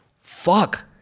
fuck